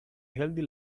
healthy